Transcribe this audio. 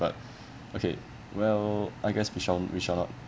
but okay well I guess we shall we shall not